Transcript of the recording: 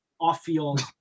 off-field